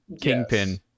Kingpin